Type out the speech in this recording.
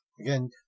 Again